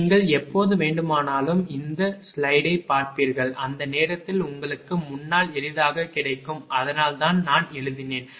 நீங்கள் எப்போது வேண்டுமானாலும் இந்த ஸ்லைடைப் பார்ப்பீர்கள் அந்த நேரத்தில் உங்களுக்கு முன்னால் எளிதாகக் கிடைக்கும் அதனால்தான் நான் எழுதினேன்